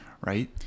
right